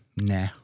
nah